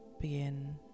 begin